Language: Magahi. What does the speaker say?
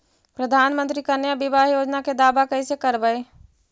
प्रधानमंत्री कन्या बिबाह योजना के दाबा कैसे करबै?